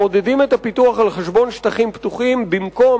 מעודדים את הפיתוח על-חשבון שטחים פתוחים במקום